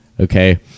okay